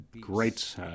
great